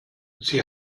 sie